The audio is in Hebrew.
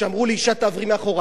שאמרו לאשה: תעברי לאחור,